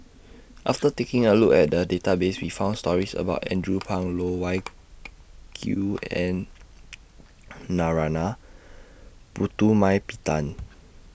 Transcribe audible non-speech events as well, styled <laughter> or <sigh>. <noise> after taking A Look At The Database We found stories about <noise> Andrew Phang Loh Wai Kiew and <noise> Narana Putumaippittan